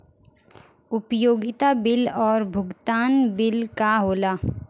उपयोगिता बिल और भुगतान बिल का होला?